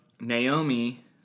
Naomi